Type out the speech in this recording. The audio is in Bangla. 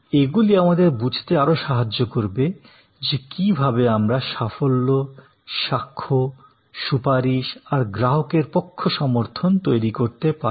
এগুলি আমাদের বুঝতে আরো সাহায্য করবে যে কী ভাবে আমরা সাফল্য সাক্ষ্য সুপারিশ আর গ্রাহকের পক্ষসমর্থন তৈরি করতে পারি